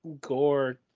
Gore